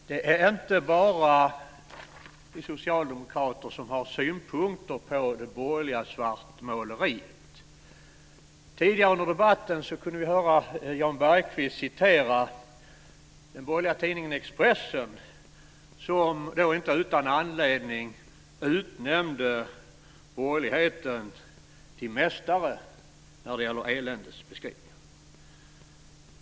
Fru talman! Det är inte bara vi socialdemokrater som har synpunkter på det borgerliga svartmåleriet. Tidigare under debatten kunde vi höra Jan Bergqvist citera den borgerliga tidningen Expressen som, inte utan anledning, utnämnde borgerligheten till mästare när det gäller eländesbeskrivningar.